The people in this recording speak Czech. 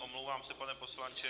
Omlouvám se, pane poslanče.